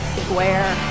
square